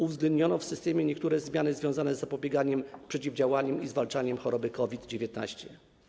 Uwzględniono w systemie niektóre zmiany związane z zapobieganiem, przeciwdziałaniem i zwalczaniem choroby COVID-19.